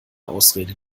ausrede